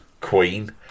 Queen